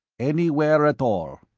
anywhere at all.